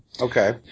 Okay